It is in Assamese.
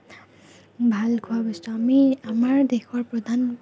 ভাল খোৱা বস্তু আমি আমাৰ দেশৰ প্ৰধান